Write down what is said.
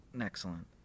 Excellent